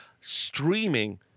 streaming